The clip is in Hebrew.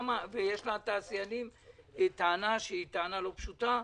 יש לתעשיינים טענה לא פשוטה,